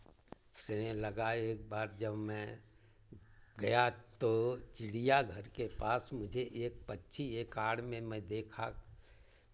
स्नेह लगा एक बार जब मैं गया तो चिड़ियाघर के पास मुझे एक पक्षी एक आड़ में मैं देखा